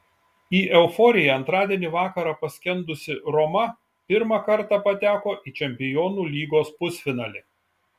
į euforiją antradienį vakarą paskendusi roma pirmą kartą pateko į čempionų lygos pusfinalį